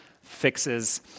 fixes